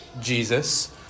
Jesus